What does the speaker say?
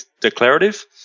declarative